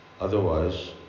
Otherwise